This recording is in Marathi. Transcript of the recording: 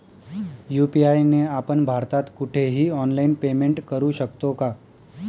यू.पी.आय ने आपण भारतात कुठेही ऑनलाईन पेमेंट करु शकतो का?